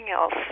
else